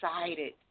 excited